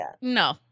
no